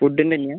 ഫുഡിൻ്റെ തന്നെയാണോ